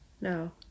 no